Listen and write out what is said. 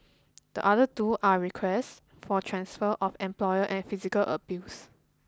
the other two are requests for transfer of employer and physical abuse